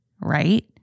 right